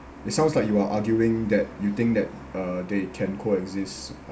it sounds like you are arguing that you think that uh they can coexist